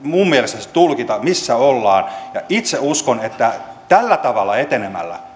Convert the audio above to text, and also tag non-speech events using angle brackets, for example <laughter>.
minun mielestäni se tulkinta missä ollaan itse uskon että tällä tavalla etenemällä <unintelligible>